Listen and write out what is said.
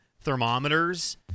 thermometers